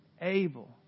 able